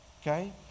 Okay